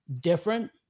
different